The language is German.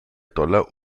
dollar